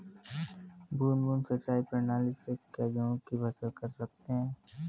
बूंद बूंद सिंचाई प्रणाली से क्या गेहूँ की फसल कर सकते हैं?